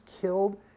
killed